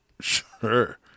Sure